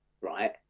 right